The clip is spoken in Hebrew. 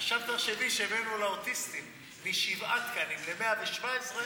עכשיו תחשבי שהעלינו לאוטיסטים משבעה תקנים ל-117,